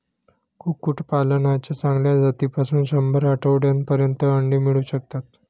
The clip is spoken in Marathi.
कुक्कुटपालनाच्या चांगल्या जातीपासून शंभर आठवड्यांपर्यंत अंडी मिळू शकतात